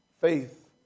faith